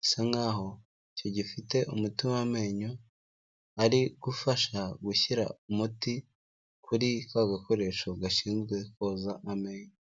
Bisa nkaho icyo gifite umuti w'amenyo, ari gufasha gushyira umuti kuri ka gakoresho gashinzwe koza amenyo.